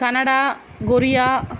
Canada Korea